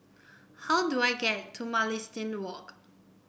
how do I get to Mugliston Walk